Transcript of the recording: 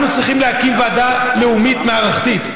אנו צריכים להקים ועדה לאומית מערכתית,